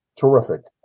terrific